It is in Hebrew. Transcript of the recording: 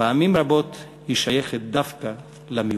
פעמים רבות היא שייכת דווקא למיעוט.